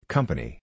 Company